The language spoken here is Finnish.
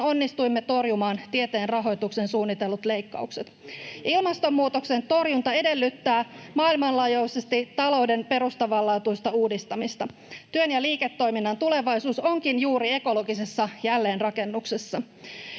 onnistuimme torjumaan tieteen rahoitukseen suunnitellut leikkaukset. Ilmastonmuutoksen torjunta edellyttää maailmanlaajuisesti talouden perustavanlaatuista uudistamista. Työn ja liiketoiminnan tulevaisuus onkin juuri ekologisessa jälleenrakennuksessa.